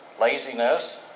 laziness